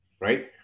right